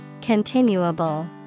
Continuable